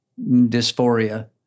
dysphoria